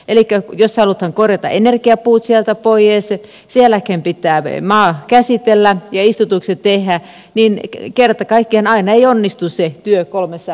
elikkä jos halutaan korjata energiapuut sieltä pois sen jälkeen pitää maa käsitellä ja istutukset tehdä niin kerta kaikkiaan aina ei onnistu se työ kolmessa vuodessa